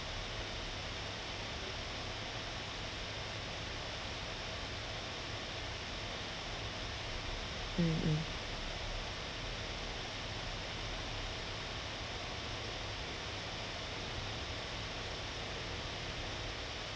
mm mm